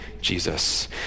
Jesus